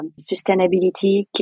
sustainability